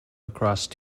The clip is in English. lacrosse